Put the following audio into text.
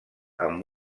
amb